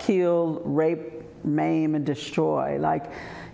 kill rape maim and destroy like